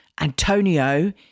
Antonio